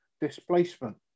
displacement